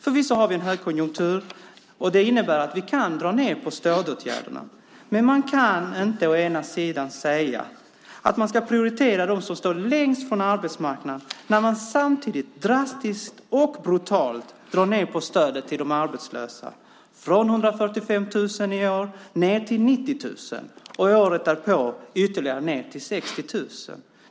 Förvisso har vi en högkonjunktur, och det innebär att vi kan dra ned på stödåtgärderna. Men man kan inte säga att man ska prioritera dem som står längst från arbetsmarknaden när man samtidigt drastiskt och brutalt drar ned på stödet till de arbetslösa från 145 000 i år ned till 90 000 och året därpå ytterligare ned till 60 000.